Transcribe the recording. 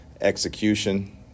Execution